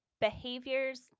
behaviors